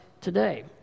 today